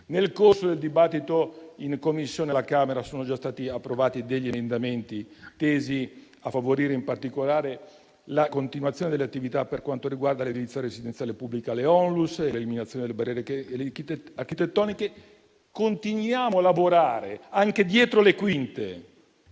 Nel corso del dibattito in Commissione alla Camera sono già stati approvati emendamenti tesi a favorire in particolare la continuazione delle attività per quanto riguarda l'edilizia residenziale pubblica, le ONLUS e l'eliminazione delle barriere architettoniche. Continuiamo a lavorare anche dietro le quinte,